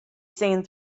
seen